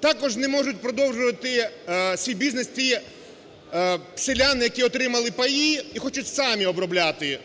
Також не можуть продовжувати свій бізнес ті селяни, які отримали паї і хочуть самі обробляти